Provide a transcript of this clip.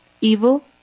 evil